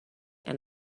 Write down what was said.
and